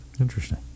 Interesting